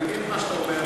אני מבין את מה שאתה אומר,